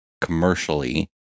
commercially